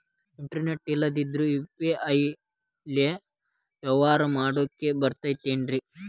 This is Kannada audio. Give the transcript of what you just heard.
ಇಂಟರ್ನೆಟ್ ಇಲ್ಲಂದ್ರ ಯು.ಪಿ.ಐ ಲೇ ವ್ಯವಹಾರ ಮಾಡಾಕ ಬರತೈತೇನ್ರೇ?